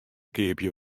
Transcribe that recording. keapje